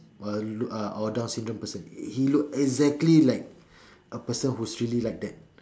a uh or down syndrome person he look exactly like a person who's really like that